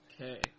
Okay